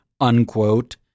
unquote